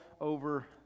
over